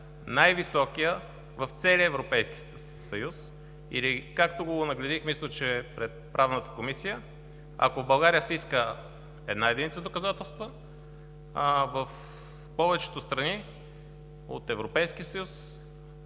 най-високият – в целия Европейски съюз. Или, както го онагледих, мисля, че пред Правната комисия, ако в България се иска една единица доказателства, в повечето страни от Европейския съюз